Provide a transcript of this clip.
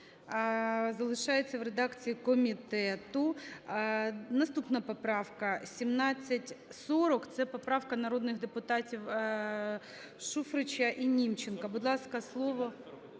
залишається в редакції комітету. Наступна поправка 1740 – це поправка народних депутатів Шуфрича і Німченка. Будь ласка, слово…